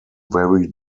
very